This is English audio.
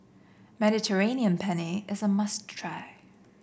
Mediterranean Penne is a must try